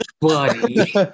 buddy